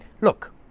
look